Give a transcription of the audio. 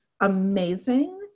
amazing